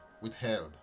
withheld